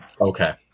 Okay